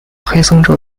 黑森州